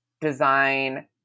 design